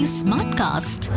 smartcast